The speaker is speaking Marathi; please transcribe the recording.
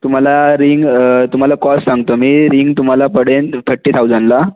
तुम्हाला रिंग तुम्हाला कॉस्ट सांगतो मी रिंग तुम्हाला पडेल थटी थाउजंडला